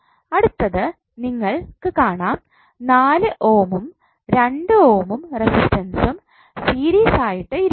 അടുത്തത് നിങ്ങൾക്ക് കാണാം 4 ഓം ഉം ഓം 2 ഓം റെസിസ്റ്റൻസ്സും സീരിസ് ആയിട്ട് ഇരിക്കുന്നത്